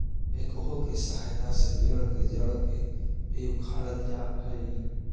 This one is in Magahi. बेक्हो के सहायता से पेड़ के जड़ के भी उखाड़ल जा हई